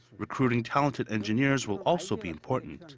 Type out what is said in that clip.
recruiting talented engineers will also be important.